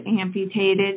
amputated